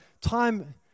time